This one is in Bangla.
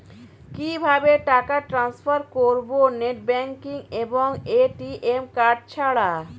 কিভাবে টাকা টান্সফার করব নেট ব্যাংকিং এবং এ.টি.এম কার্ড ছাড়া?